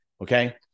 okay